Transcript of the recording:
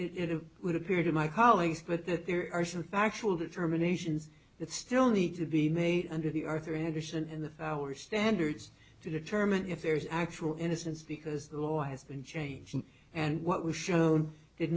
it would appear to my colleagues but that there are some factual determinations that still need to be made under the arthur andersen and the power standards to determine if there is actual innocence because the law has been changing and what we've shown did